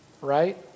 right